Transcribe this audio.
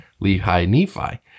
Lehi-Nephi